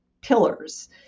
pillars